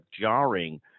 jarring